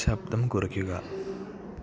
ശബ്ദം കുറയ്ക്കുക